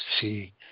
see